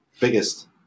biggest